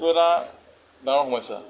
এইটো এটা ডাঙৰ সমস্যা